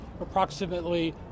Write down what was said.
approximately